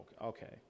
okay